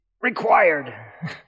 Required